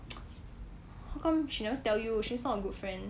how come she never tell you she's not a good friend